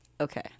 okay